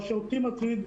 מה שאותי מטריד,